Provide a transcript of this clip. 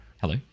Hello